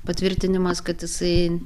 patvirtinimas kad jisai